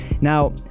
now